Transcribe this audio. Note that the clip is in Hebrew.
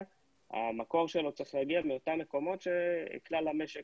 המקור שלו צריך להגיע מאותם מקומות שכלל המשק